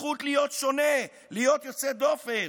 הזכות להיות שונה, להיות יוצא דופן.